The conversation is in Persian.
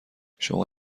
شما